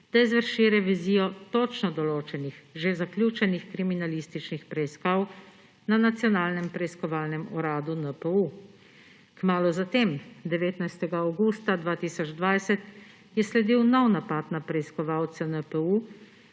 da izvrši revizijo točno določenih, že zaključenih kriminalističnih preiskav na Nacionalnem preiskovalnem uradu (NPU). Kmalu zatem, 19. avgusta 2020, je sledil nov napad na preiskovalce NPU,